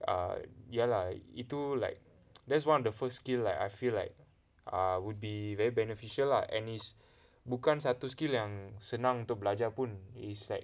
err ya lah itu like that's one of the first skill like I feel like err would be very beneficial lah and it's bukan satu skill yang senang untuk belajar pun it's like